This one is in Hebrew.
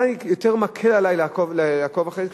מתי קל לי לעקוב אחרי זה?